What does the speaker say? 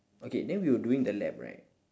okay then we were doing the lab right